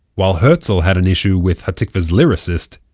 while herzl had an issue with ha'tikvah's lyricist,